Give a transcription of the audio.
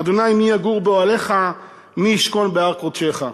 ה' מי יגור באהלך מי ישכֹן בהר קדשך.